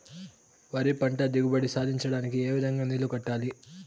వరి పంట దిగుబడి సాధించడానికి, ఏ విధంగా నీళ్లు కట్టాలి?